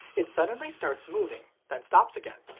it suddenly starts moving, then stops again.